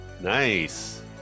nice